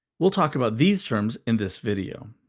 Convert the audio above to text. we'll talk about these terms in this video.